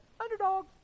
underdog